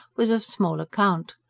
was of small account.